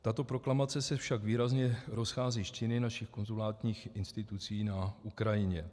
Tato proklamace se však výrazně rozchází s činy našich konzulárních institucí na Ukrajině.